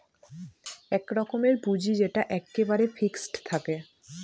এক রকমের পুঁজি যেটা এক্কেবারে ফিক্সড থাকে